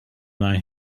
thy